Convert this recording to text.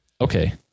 Okay